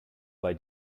bei